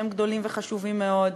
שהם גדולים וחשובים מאוד,